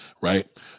right